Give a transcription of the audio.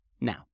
Now